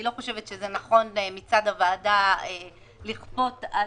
אני לא חושבת שזה נכון מצד הוועדה לכפות על